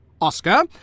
Oscar